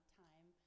time